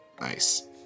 Nice